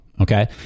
Okay